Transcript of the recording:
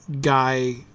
guy